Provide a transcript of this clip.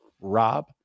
Rob